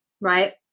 right